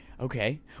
Okay